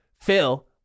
Phil